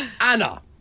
Anna